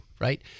right